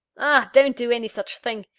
don't do any such thing!